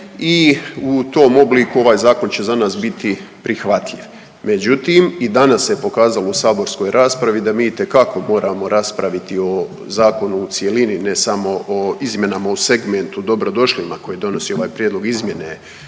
i u tom obliku ovaj zakon će za nas biti prihvatljiv. Međutim, i danas se pokazalo u saborskoj raspravi da mi itekako moramo raspraviti o zakonu u cjelini, ne samo o izmjenama u segmentu dobrodošlima koje donosi ovaj prijedlog izmjene